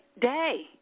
day